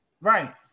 right